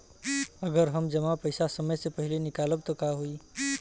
अगर हम जमा पैसा समय से पहिले निकालब त का होई?